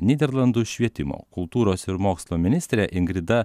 nyderlandų švietimo kultūros ir mokslo ministrė ingrida